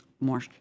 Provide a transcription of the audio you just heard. more